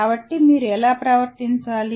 కాబట్టి మీరు ఎలా ప్రవర్తించాలి